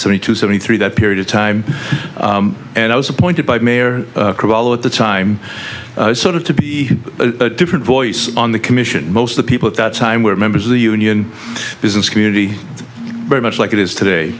into seventy three that period of time and i was appointed by mayor carollo at the time sort of to be a different voice on the commission most of the people at that time were members of the union business community very much like it is today